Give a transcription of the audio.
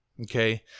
okay